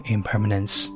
Impermanence